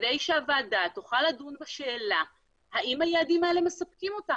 כדי שהוועדה תוכל לדון בשאלה האם היעדים האלה מספקים אותה?